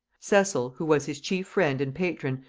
cecil, who was his chief friend and patron,